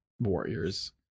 warriors